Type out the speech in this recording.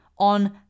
on